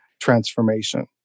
transformation